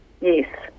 Yes